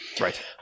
Right